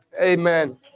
Amen